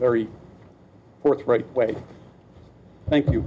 very forthright way thank you